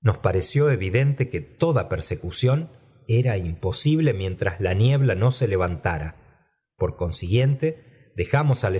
nos pareció evidente que toda persecución era imposible mientras la niebla no se levantara por consiguiente dejamos á